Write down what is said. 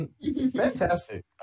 Fantastic